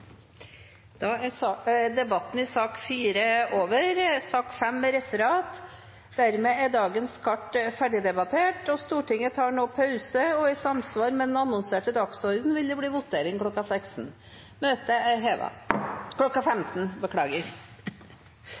Debatten i sak nr. 4 er da over. Stortinget tar nå pause, og i samsvar med den annonserte dagsordenen vil det bli votering kl. 15. Stortinget er